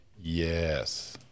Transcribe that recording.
Yes